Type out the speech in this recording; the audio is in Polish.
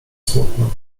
smutno